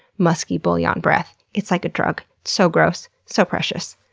musky bouillon breath, it's like a drug. so gross so precious.